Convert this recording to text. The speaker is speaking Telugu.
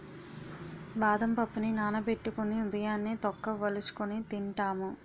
బాదం పప్పుని నానబెట్టుకొని ఉదయాన్నే తొక్క వలుచుకొని తింటాము